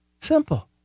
simple